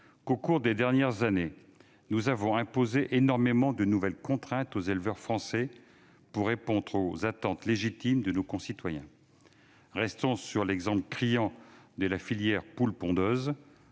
que, au cours des dernières années, nous avons imposé énormément de nouvelles contraintes aux éleveurs français pour répondre aux attentes légitimes de nos concitoyens. Restons sur l'exemple criant de la filière poules pondeuses